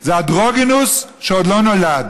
זה אנדרוגינוס שעוד לא נולד.